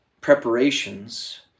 preparations